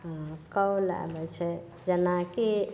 हँ कॉल आबै छै जेना की